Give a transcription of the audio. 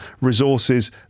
resources